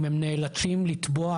אם הם נאלצים לתבוע